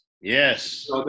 Yes